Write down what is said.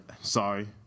sorry